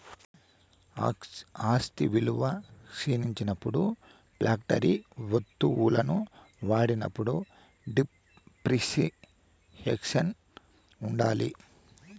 ఆస్తి విలువ క్షీణించినప్పుడు ఫ్యాక్టరీ వత్తువులను వాడినప్పుడు డిప్రిసియేషన్ ఉంటాది